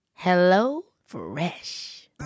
HelloFresh